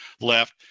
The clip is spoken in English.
left